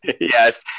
Yes